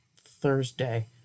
Thursday